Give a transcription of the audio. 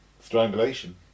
Strangulation